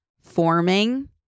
forming